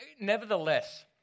nevertheless